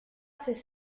ces